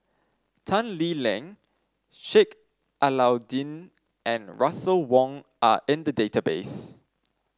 Tan Lee Leng Sheik Alau'ddin and Russel Wong are in the database